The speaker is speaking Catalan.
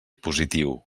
positiu